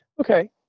Okay